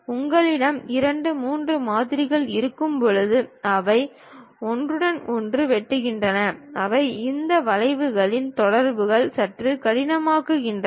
உங்களிடம் இரண்டு மூன்று மாதிரிகள் இருக்கும்போது அவை ஒன்றுடன் ஒன்று வெட்டுகின்றன அவை இந்த வளைவுகளின் தொடர்புகளை சற்று கடினமாக்குகின்றன